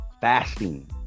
fasting